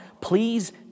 Please